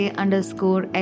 underscore